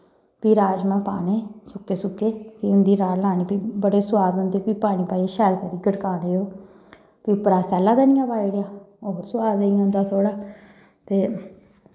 फ्ही राजमाह् पाने सुक्के सुक्के फ्ही उं'दी राह्ड़ लानी फ्ही बड़े सोआद होंदे फ्ही पानी पाइयै शैल करियै गड़काने ओह् फ्ही उप्परा सैल्ला धनियां पाई ओड़ेआ होर शैल होई जंदा थोह्ड़ा ते